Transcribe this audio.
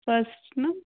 first ना